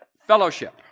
Fellowship